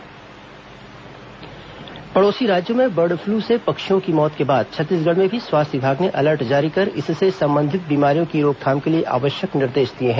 bird flu alert पड़ोसी राज्यों में बर्ड फ्लू से पक्षियों की मौत के बाद छत्तीसगढ़ में भी स्वास्थ्य विभाग ने अलर्ट जारी कर इससे संबंधित बीमारियों की रोकथाम के लिए आवश्यक निर्देश दिए हैं